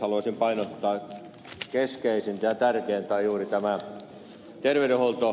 haluaisin painottaa että keskeisintä ja tärkeintä on juuri tämä